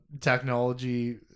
technology